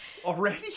Already